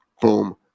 Boom